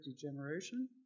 degeneration